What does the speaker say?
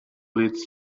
its